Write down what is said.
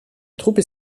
troupes